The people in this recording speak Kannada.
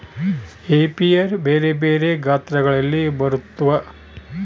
ಏಪಿಯರಿ ಬೆರೆ ಬೆರೆ ಗಾತ್ರಗಳಲ್ಲಿ ಬರುತ್ವ